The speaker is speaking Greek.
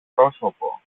πρόσωπο